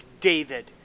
David